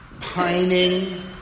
pining